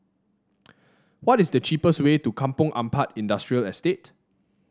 what is the cheapest way to Kampong Ampat Industrial Estate